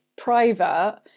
private